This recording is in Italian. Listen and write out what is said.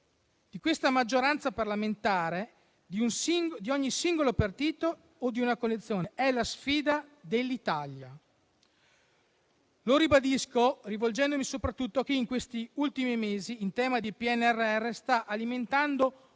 di questa maggioranza parlamentare, di un singolo partito o di una coalizione; è la sfida dell'Italia. Lo ribadisco rivolgendomi soprattutto a chi in questi ultimi mesi, in tema di PNRR, sta alimentando